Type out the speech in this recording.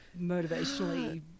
motivationally